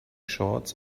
shorts